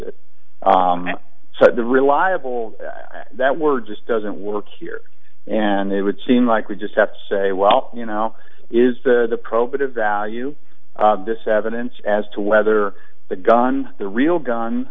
the reliable that word just doesn't work here and it would seem like we just have to say well you know is the probative value of this evidence as to whether the gun the real gun